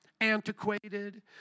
antiquated